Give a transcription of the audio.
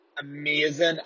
amazing